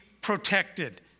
protected